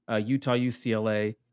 Utah-UCLA